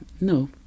No